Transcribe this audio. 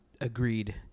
Agreed